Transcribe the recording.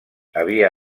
havia